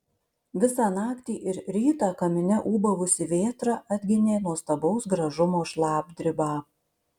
visą naktį ir rytą kamine ūbavusi vėtra atginė nuostabaus gražumo šlapdribą